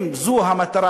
אם זו המטרה,